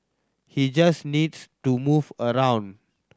he just needs to move around